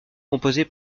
composée